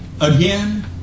again